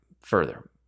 further